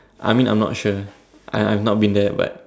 I mean I'm not sure I I've not been there but